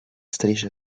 striscia